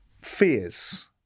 fears